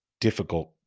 difficult